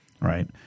right